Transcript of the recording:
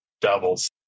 doubles